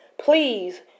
please